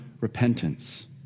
repentance